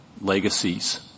legacies